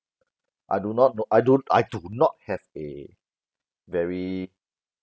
I do not know I do I do not have a very